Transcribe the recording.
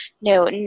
no